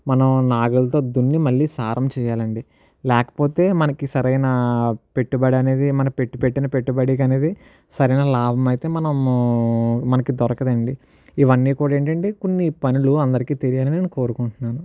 మనం నాగలితో దున్ని మళ్ళీ సారం చేయాలండి లేకపోతే మనకి సరైన పెట్టుబడి అనేది మన పెట్టి పెట్టిన పెట్టుబడి అనేది సరైన లాభం అయితే మనము మనకి దొరకదండి ఇవన్నీ కూడా ఏంటంటే కొన్ని పనులు అందరికీ తెలియాలని నేను కోరుకుంటున్నాను